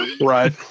Right